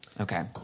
okay